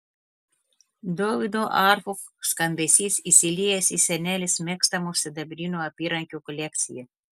dovydo arfų skambesys įsiliejęs į senelės mėgstamų sidabrinių apyrankių kolekciją